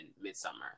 Midsummer